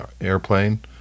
Airplane